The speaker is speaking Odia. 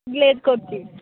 ଗ୍ଲେଜ୍ କରୁଛି